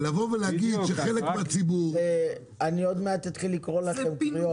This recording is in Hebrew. להגיד שחלק מן הציבור --- עוד מעט אתחיל לקרוא לכם לסדר,